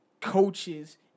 coaches